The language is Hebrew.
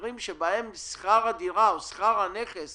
מקרים שבהם שכר הדירה או שכר הנכס